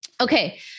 Okay